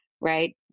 right